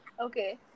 Okay